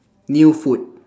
new food